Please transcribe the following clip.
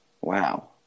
wow